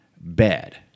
bed